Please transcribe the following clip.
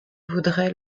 voudrais